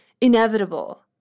inevitable